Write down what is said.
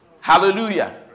Hallelujah